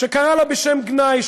שקרא לה בשם גנאי,